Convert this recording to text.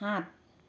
সাত